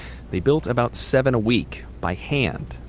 they built about seven a week, by hand.